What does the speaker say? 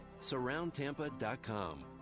Surroundtampa.com